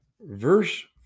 verse